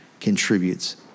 contributes